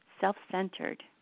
self-centered